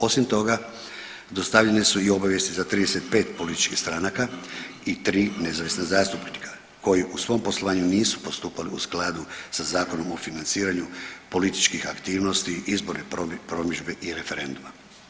Osim toga, dostavljene su i obavijesti za 35 političkih stranaka i 3 nezavisna zastupnika koji u svom poslovanju nisu postupali u skladu sa Zakonom o financiranju političkih aktivnosti, izborne promidžbe i referenduma.